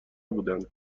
بودند